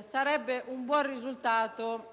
sarebbe un buon risultato